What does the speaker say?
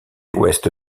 ouest